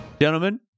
Gentlemen